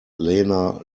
lena